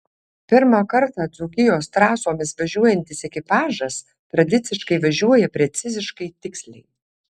pirmą kartą dzūkijos trasomis važiuojantis ekipažas tradiciškai važiuoja preciziškai tiksliai